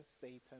Satan